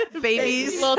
Babies